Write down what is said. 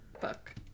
book